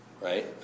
right